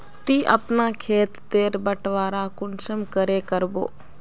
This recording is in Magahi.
ती अपना खेत तेर बटवारा कुंसम करे करबो?